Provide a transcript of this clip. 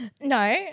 No